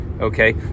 Okay